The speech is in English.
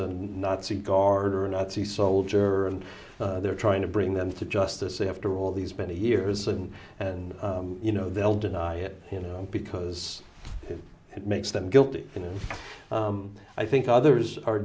a nazi guard or a nazi soldier and they're trying to bring them to justice after all these many years and and you know they'll deny it you know because it makes them guilty and i think others are